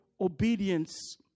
obedience